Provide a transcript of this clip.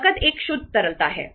नकद एक शुद्ध तरलता है